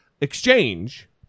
exchange